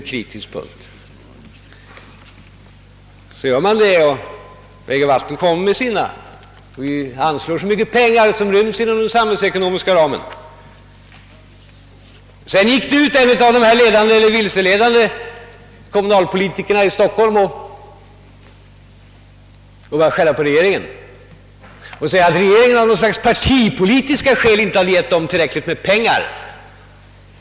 Vägoch vattenbyggnadsstyrelsens äskanden för vägarna är mycket betydande, och vi anslår så mycket pengar som rymmes inom den samhällsekonomiska ramen. En av dessa ledande — eller vilseledande — kommunalpolitiker i Stockholm började sedan kritisera regeringen och sade att regeringen av något slags partipolitiska skäl inte hade givit tillräckligt med pengar.